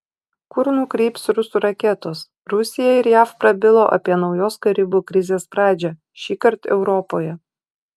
kur nukryps rusų raketos rusija ir jav prabilo apie naujos karibų krizės pradžią šįkart europoje